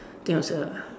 there was a